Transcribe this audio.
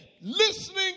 listening